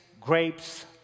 grapes